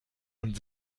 und